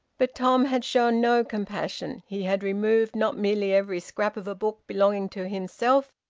but tom had shown no compassion. he had removed not merely every scrap of a book belonging to himself,